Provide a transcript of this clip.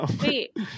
wait